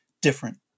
different